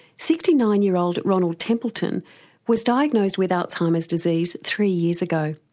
sixty nine year old ronald templeton was diagnosed with alzheimer's disease three years ago.